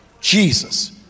Jesus